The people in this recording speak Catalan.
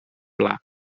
pla